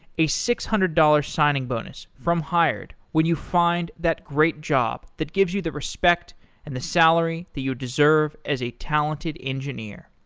a six hundred dollars signing bonus from hired when you find that great job that gives you the respect and the salary that you deserve as a talented engineer.